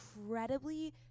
incredibly